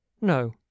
No